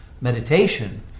meditation